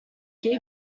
when